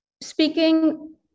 Speaking